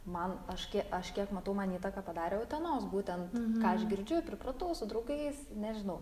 man aš kė aš kiek matau man įtaką padarė utenos būtent ką aš girdžiu pripratau su draugais nežinau